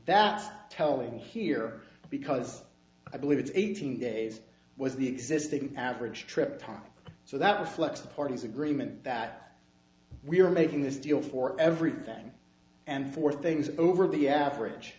that's telling here because i believe it's eighteen days was the existing average trip time so that reflects the party's agreement that we are making this deal for everything and for things over the average